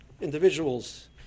individuals